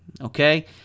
okay